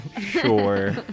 sure